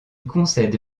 concède